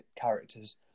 characters